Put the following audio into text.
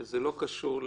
האזרחים,